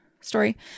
story